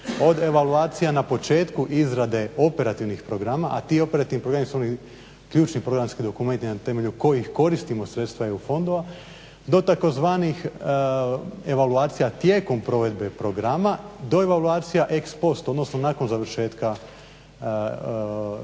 od evaluacija na početku izrade operativnih programa, a ti operativni programi su oni ključni programski dokumenti na temelju kojih koristimo sredstva EU fondova do tzv. evaluacija tijekom provedbe programa do evaluacija ex post, odnosno nakon završetka provedbe